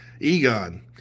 Egon